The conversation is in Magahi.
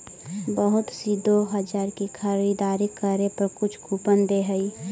बहुत सी दो हजार की खरीदारी करे पर कुछ कूपन दे हई